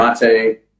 Mate